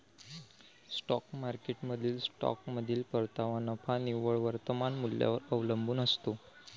stock मार्केटमधील स्टॉकमधील परतावा नफा निव्वळ वर्तमान मूल्यावर अवलंबून असतो